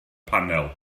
panel